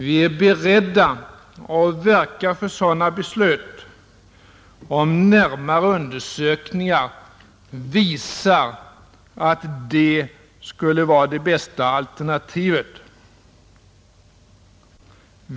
Vi är beredda att verka för sådana beslut, om närmare undersökningar visar att det skulle vara det bästa alternativet.